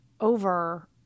over